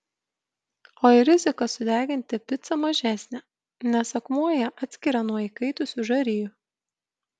o ir rizika sudeginti picą mažesnė nes akmuo ją atskiria nuo įkaitusių žarijų